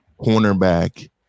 cornerback